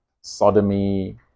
sodomy